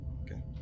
okay